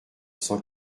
cent